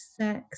sex